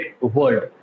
world